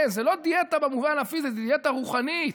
כן, זו לא דיאטה במובן הפיזי, זו דיאטה רוחנית,